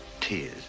tears